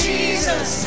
Jesus